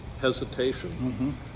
hesitation